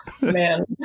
man